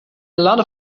lots